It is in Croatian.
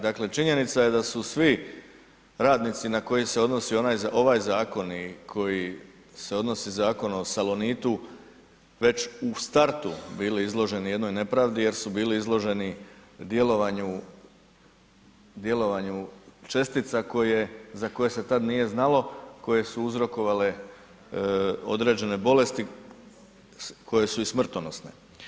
Dakle činjenica je da su svi radnici na koje se odnosi ovaj zakon i koji se odnosi Zakon o salonitu, već u startu bili izloženi jednoj nepravdi jer su bili izloženi djelovanju čestica za koje se tad nije znalo koje su uzrokovale određene bolesti koje su i smrtonosne.